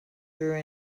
through